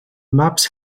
maps